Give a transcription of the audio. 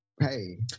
Hey